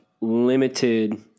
limited